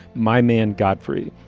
my man godfrey.